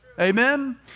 Amen